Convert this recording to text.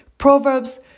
Proverbs